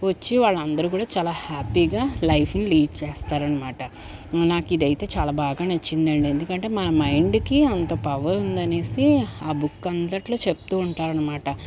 వచ్చి వాళ్ళందరూ కూడా చాలా హ్యాపీగా లైఫ్ని లీడ్ చేస్తారనమాట నాకు ఇదైతే చాలా బాగా నచ్చింది ఎందుకంటే మన మైండ్కి అంత పవర్ ఉందనేసి ఆ బుక్ అంతట్లో చెప్తూ ఉంటాడనమాట